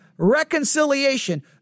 Reconciliation